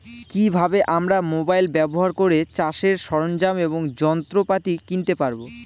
কি ভাবে আমরা মোবাইল ব্যাবহার করে চাষের সরঞ্জাম এবং যন্ত্রপাতি কিনতে পারবো?